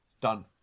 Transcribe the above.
done